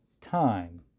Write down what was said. time